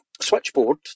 switchboard